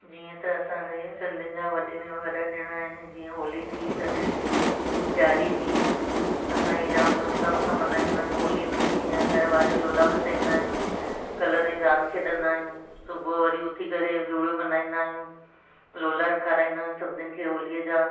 जीअं त असांजे सिंधियुनि जा वॾे में वॾा ॾिण आहिनि जीअं होली थी थधिड़ी थी ॾियारी थी असां इहे जाम धूम धाम सां मल्हाईंदा आहियूं होलीअ में जीअं आंगर ॿारे लोला पचाईंदा आहियूं कलर ई रांदि खेॾंदा आहियूं सुबुहु वरी उथी करे धूड़ियो मल्हाईंदा आहियूं लोला खाराईंदा आहियूं सभिनीनि खे होलीअ जा